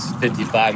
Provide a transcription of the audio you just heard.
55